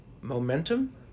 momentum